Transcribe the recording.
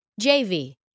JV